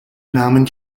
nahmen